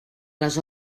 les